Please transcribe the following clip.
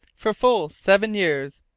for full seven years.